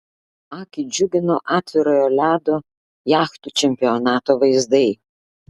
akį džiugino atvirojo ledo jachtų čempionato vaizdai